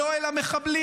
על אוהל המחבלים,